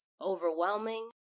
overwhelming